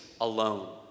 alone